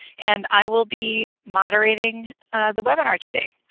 and i will be moderating the webinar today.